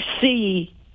see